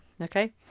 Okay